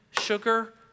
sugar